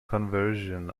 conversion